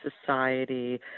society